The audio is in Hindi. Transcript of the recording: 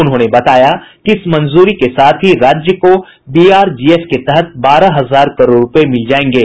उन्होंने बताया कि इस मंजूरी के साथ ही राज्य को बीआरजीएफ के तहत बारह हजार करोड़ रूपये मिल जायेंगे